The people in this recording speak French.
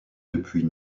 depuis